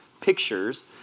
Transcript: pictures